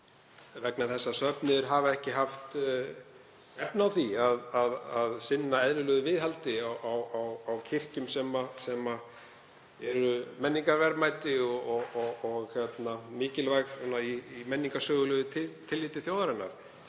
vegna þess að söfnuðir hafa ekki haft efni á því að sinna eðlilegu viðhaldi á kirkjum, sem eru menningarverðmæti og mikilvæg í menningarsögulegu tilliti þjóðarinnar.